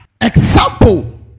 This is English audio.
example